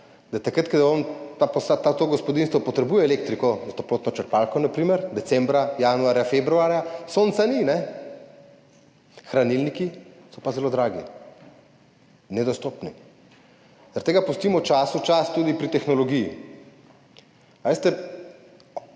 on oziroma to gospodinjstvo potrebuje elektriko za toplotno črpalko, na primer decembra, januarja, februarja, sonca ni. Hranilniki so pa zelo dragi, nedostopni. Zaradi tega pustimo času čas, tudi pri tehnologiji.